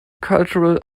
cultural